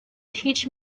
teach